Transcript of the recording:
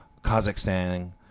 Kazakhstan